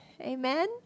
Amen